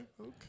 Okay